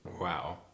Wow